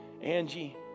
angie